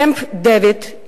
קמפ-דייוויד,